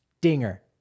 dinger